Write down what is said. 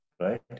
right